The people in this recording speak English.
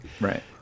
Right